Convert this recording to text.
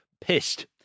pissed